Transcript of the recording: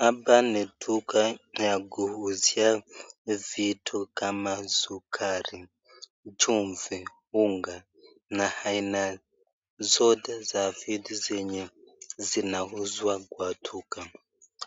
Hapa ni duka ya kuuzia vitu kama sukari, chumvi, unga, na aina zote za vitu zenye zinauzwa kwa duka,